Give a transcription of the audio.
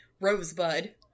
Rosebud